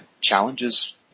challenges